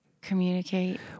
communicate